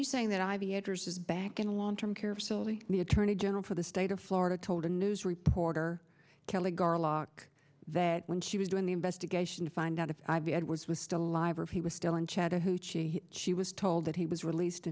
is back in long term care facility the attorney general for the state of florida told a news reporter kelley garlock that when she was doing the investigation to find out if ivy edwards was still alive or if he was still in chattahoochee she was told that he was released